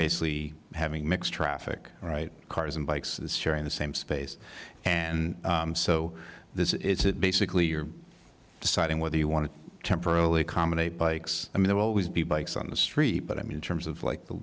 basically having mixed traffic right cars and bikes sharing the same space and so this is it basically you're deciding whether you want to temporarily accommodate bikes i mean there will always be bikes on the street but i mean in terms of like the